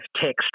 text